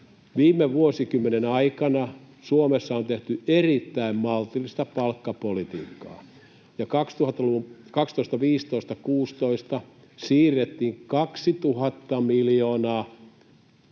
Viime vuosikymmenen aikana Suomessa on tehty erittäin maltillista palkkapolitiikkaa. Ja 2000-luvulla vuosina 12, 15, 16 siirrettiin 2 000 miljoonaa